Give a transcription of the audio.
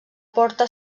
porta